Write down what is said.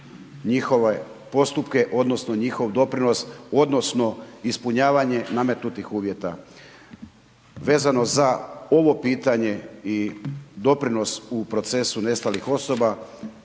njihove postupke odnosno njihov doprinos odnosno ispunjavanje nametnutih uvjeta. Vezano za ovo pitanje i doprinos u procesu nestalih osoba,